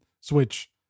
switch